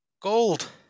Gold